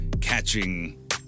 catching